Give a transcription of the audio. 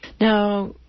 Now